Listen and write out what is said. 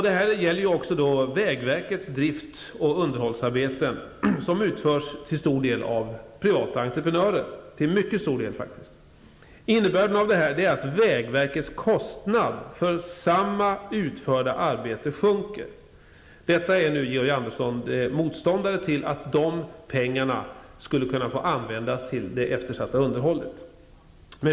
Detta gäller också vägverkets drifts och underhållsarbeten som till mycket stor del utförs av privata entreprenörer. Innebörden av detta är att vägverkets kostnad för samma utförda arbete sjunker. Georg Andersson är nu motståndare till att dessa pengar skulle kunna användas till det eftersatta underhållet.